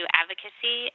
advocacy